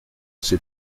c’est